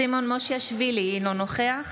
סימון מושיאשוילי, אינו נוכח